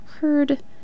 heard